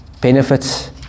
benefits